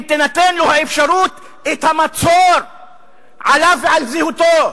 אם תינתן לו האפשרות, את המצור עליו ועל זהותו.